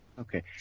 okay